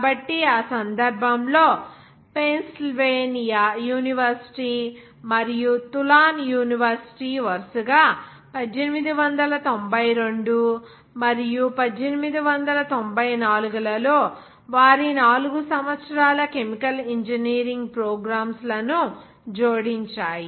కాబట్టి ఆ సందర్భంలో పెన్సిల్వేనియా యూనివర్సిటీ మరియు తులాన్ యూనివర్సిటీ వరుసగా 1892 మరియు 1894 లలో వారి 4 సంవత్సరాల కెమికల్ ఇంజనీరింగ్ ప్రోగ్రామ్స్ లను జోడించాయి